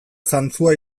zantzua